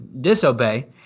disobey